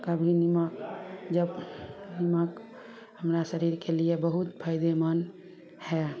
कभी निमक जब निमक हमरा शरीरके लिए बहुत फाइदेमन्द हइ